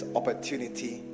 opportunity